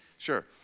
Sure